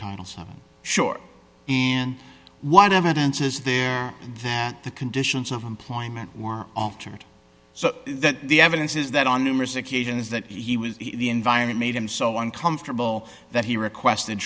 something short and what evidence is there that the conditions of employment were altered so that the evidence is that on numerous occasions that he was in the environment made him so uncomfortable that he requested